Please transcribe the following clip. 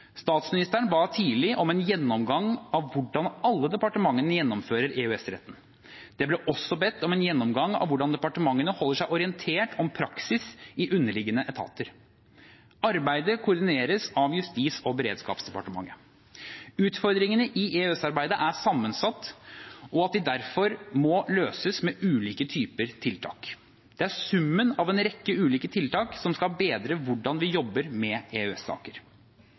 Statsministeren ba tidlig om en gjennomgang av hvordan alle departementene gjennomfører EØS-retten. Det ble også bedt om en gjennomgang av hvordan departementene holder seg orientert om praksis i underliggende etater. Arbeidet koordineres av Justis- og beredskapsdepartementet. Utfordringene i EØS-arbeidet er sammensatte, og de må derfor løses med ulike typer tiltak. Det er summen av en rekke ulike tiltak som skal bedre hvordan vi jobber med